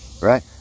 Right